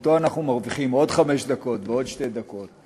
בזכותו אנחנו מרוויחים עוד חמש דקות ועוד שתי דקות.